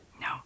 No